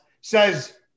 says